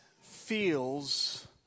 feels